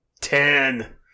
Ten